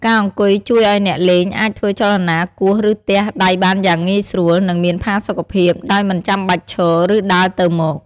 ការអង្គុយជួយឱ្យអ្នកលេងអាចធ្វើចលនាគោះ ឬទះដៃបានយ៉ាងងាយស្រួល និងមានផាសុកភាព ដោយមិនចាំបាច់ឈរ ឬដើរទៅមក។